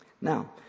Now